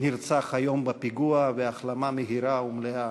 למשפחת הנרצח היום בפיגוע, והחלמה מהירה ומלאה